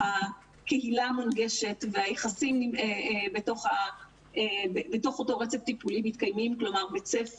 מה שכרגע דיברת עליו זה בעצם הנושא של מספר